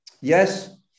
Yes